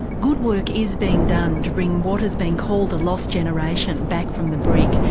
good work is being done to bring what has been called a lost generation back from the brink.